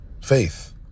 Faith